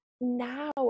now